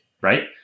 right